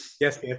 Yes